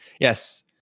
Yes